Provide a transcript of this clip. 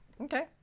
Okay